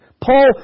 Paul